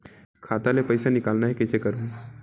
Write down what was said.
खाता ले पईसा निकालना हे, कइसे करहूं?